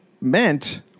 meant